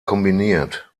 kombiniert